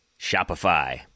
Shopify